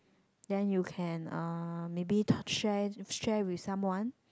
then you can uh maybe share share with someone